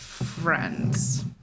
friends